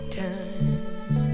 time